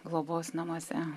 globos namuose